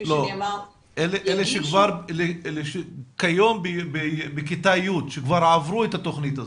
כפי שנאמר --- אלה שכיום בכיתה י' שכבר עברו את התכנית הזאת.